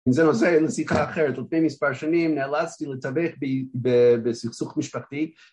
זה נושא לשיחה אחרת, לפני מספר שנים נאלצתי לתווך בסכסוך משפחתי